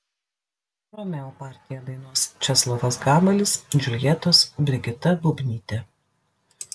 romeo partiją dainuos česlovas gabalis džiuljetos brigita bubnytė